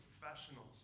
professionals